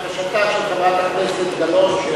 בקשתה של חברת הכנסת גלאון,